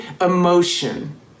emotion